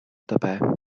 dabei